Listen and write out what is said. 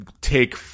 take